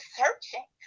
searching